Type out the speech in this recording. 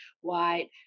white